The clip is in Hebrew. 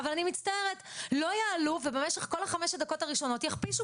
אבל לא יעלו וכל חמש הדקות הראשונות יכפישו